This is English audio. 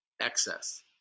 excess